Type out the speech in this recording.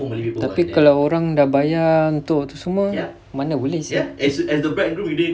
tapi kalau orang dah bayar untuk tu semua mana boleh seh